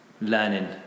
learning